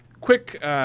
Quick